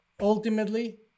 ultimately